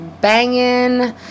banging